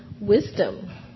wisdom